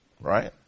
right